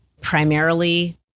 primarily